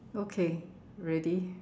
okay ready